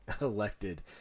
elected